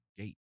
gate